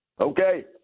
Okay